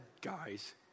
guys